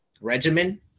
regimen